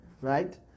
right